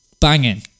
Banging